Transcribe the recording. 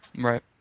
Right